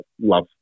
love